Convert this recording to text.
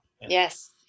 Yes